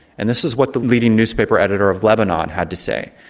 and this is what the leading newspaper editor of lebanon had to say.